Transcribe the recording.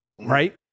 right